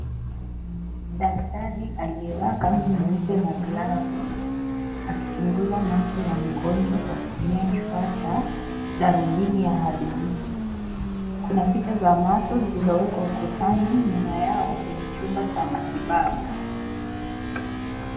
Daktari aliyevaa kanzu nyeupe na glavu akichunguza macho ya mgonjwa kwa kutumia kifaa cha darubini ya hadubini, kuna picha za macho zilizowekwa ukutani nyuma yao kwenye chumba cha matibabu.